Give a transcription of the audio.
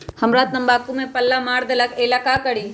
हमरा तंबाकू में पल्ला मार देलक ये ला का करी?